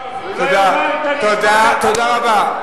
תודה רבה.